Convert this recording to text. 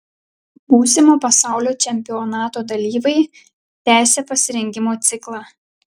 būsimo pasaulio čempionato dalyviai tęsią pasirengimo ciklą